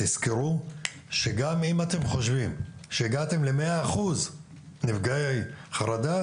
תזכרו שגם אם אתם חושבים שהגעתם ל-100% נפגעי חרדה